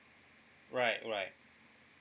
right right